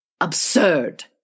Absurd